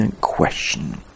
question